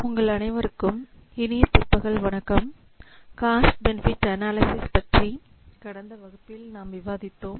உங்கள் அனைவருக்கும் இனிய பிற்பகல் வணக்கம் காஸ்ட் பெனிஃபிட் அனலைசிஸ் பற்றி கடந்த வகுப்பில் நாம் விவாதித்தோம்